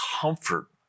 comfort